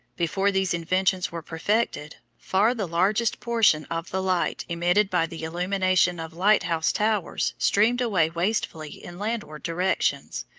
before these inventions were perfected, far the largest portion of the light emitted by the illumination of light-house towers streamed away wastefully in landward directions,